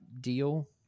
deal